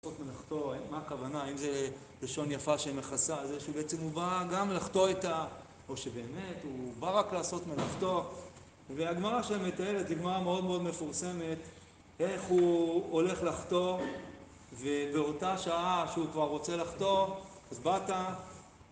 מה הכוונה, אם זה לשון יפה שמכסה, זה שבעצם הוא בא גם לחטוא את ה.. או שבאמת הוא בא רק לעשות מלאכתו והגמרא שם מתארת דוגמה מאוד מאוד מפורסמת, איך הוא הולך לחטוא ובאותה שעה שהוא כבר רוצה לחטוא, אז באת